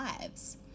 lives